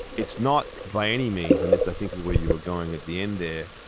it's not by any means, and this, i think, is where you were going at the end there,